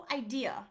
idea